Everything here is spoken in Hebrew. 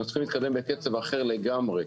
אנחנו צריכים להתקדם בקצב אחר לגמרי.